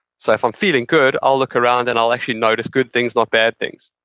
so, if i'm feeling good, i'll look around and i'll actually notice good things, not bad things.